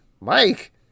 Mike